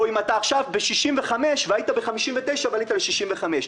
או אם אתה עכשיו ב-65 והיית ב-59 ועלית ל-65.